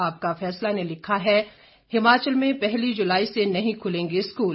आपका फैसला ने लिखा है हिमाचल में पहली जुलाई से नहीं खुलेंगे स्कूल